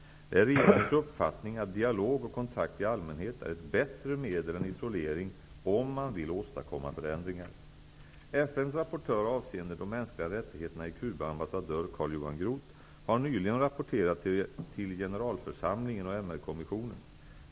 Det är regeringens uppfattning att dialog och kontakt i allmänhet är ett bättre medel än isolering, om man vill åstadkomma förändringar. Groth, har nyligen rapporterat till generalförsamlingen och MR-kommissionen.